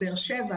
באר שבע,